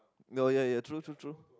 no ya ya true true true